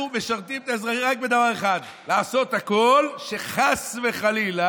אנחנו משרתים את אזרחי ישראל רק בדבר אחד: לעשות הכול כדי שחס וחלילה,